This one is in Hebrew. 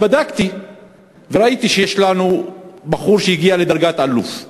אבל בדקתי וראיתי שיש לנו בחור שהגיע לדרגת אלוף,